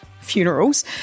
funerals